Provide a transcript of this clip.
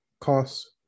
costs